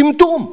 טמטום.